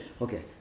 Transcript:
okay